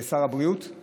סגן השר הבריאות?